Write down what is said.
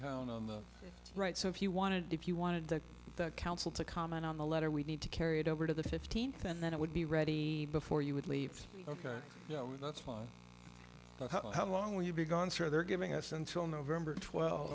town on the right so if you want to if you wanted the council to comment on the letter we need to carry it over to the fifteenth and then it would be ready before you would leave ok that's fine but how long will you be gone so they're giving us until november twel